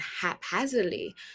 haphazardly